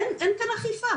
אין כאן אכיפה.